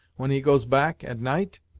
when he goes back, at night.